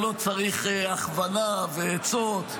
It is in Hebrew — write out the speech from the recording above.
הוא לא צריך הכוונה ועצות.